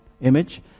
image